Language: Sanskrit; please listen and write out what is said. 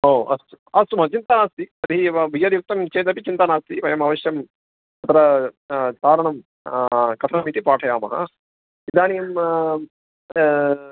ओ अस्तु अस्तु महान् चिन्ता नास्ति तर्हि गियर् युक्तं चेदपि चिन्ता नास्ति वयम् अवश्यं तत्र चारणं कथमिति पाठयामः इदानीं